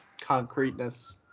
concreteness